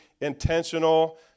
intentional